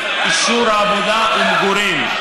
אישור עבודה ומגורים.